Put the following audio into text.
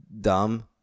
dumb